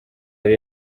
yari